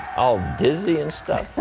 all disney and stuff.